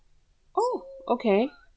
oh okay